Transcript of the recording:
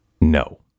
No